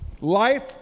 life